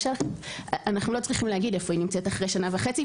שלך" אנחנו לא צריכים להגיד איפה היא נמצאת אחרי שנה וחצי,